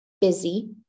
busy